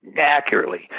accurately